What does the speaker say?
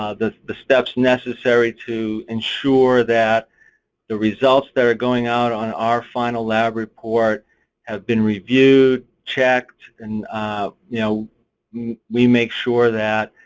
the the steps necessary to ensure that the results that are going out on our final lab report have been reviewed, checked. and you know we make sure that,